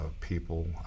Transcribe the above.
people